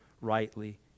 rightly